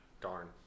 Darn